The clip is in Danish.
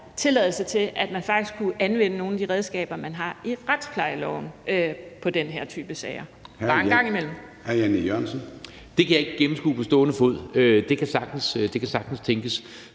tilladelse til, at man faktisk kunne anvende nogle af de redskaber, man har, i retsplejeloven på den her type sager, bare en gang imellem. Kl. 13:25 Formanden (Søren Gade): Hr. Jan E. Jørgensen.